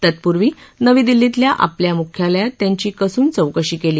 तत्पूर्वी नवी दिल्लीतल्या आपल्या मुख्यालयात त्यांची कसून चौकशी केली